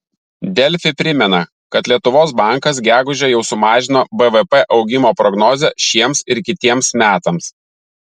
delfi primena kad lietuvos bankas gegužę jau sumažino bvp augimo prognozę šiems ir kitiems metams